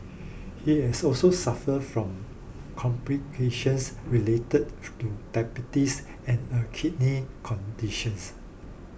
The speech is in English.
he had also suffered from complications related to diabetes and a kidney conditions